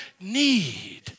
need